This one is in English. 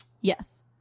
Yes